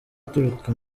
aturuka